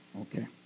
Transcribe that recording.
Okay